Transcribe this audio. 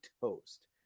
toast